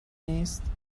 نیست